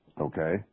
Okay